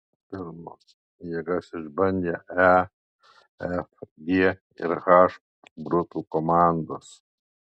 pirmos jėgas išbandė e f g ir h grupių komandos